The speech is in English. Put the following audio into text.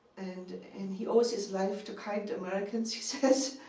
and and he owes his life to kind americans, he says,